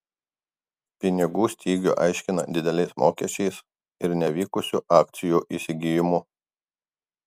pinigų stygių aiškina dideliais mokesčiais ir nevykusiu akcijų įsigijimu